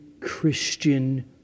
Christian